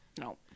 No